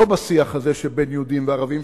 לא על השיח הזה שבין יהודים לערבים,